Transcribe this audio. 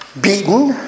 beaten